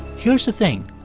here's the thing.